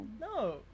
No